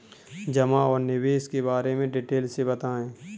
जमा और निवेश के बारे में डिटेल से बताएँ?